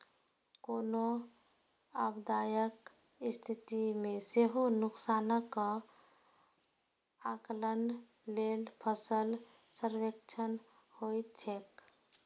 कोनो आपदाक स्थिति मे सेहो नुकसानक आकलन लेल फसल सर्वेक्षण होइत छैक